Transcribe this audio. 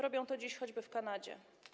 Robią to dziś choćby w Kanadzie.